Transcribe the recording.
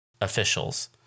officials